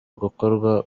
gukorwa